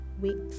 weeks